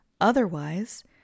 Otherwise